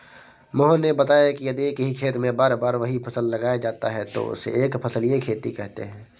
मोहन ने बताया कि यदि एक ही खेत में बार बार वही फसल लगाया जाता है तो उसे एक फसलीय खेती कहते हैं